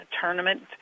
tournament